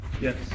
Yes